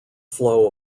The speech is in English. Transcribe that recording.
flow